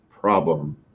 problem